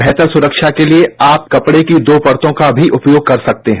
बेहतर सुरक्षा के लिए आप कपड़े की दो परतों का भी उपयोग कर सकते हैं